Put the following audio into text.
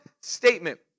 statement